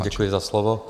Děkuji za slovo.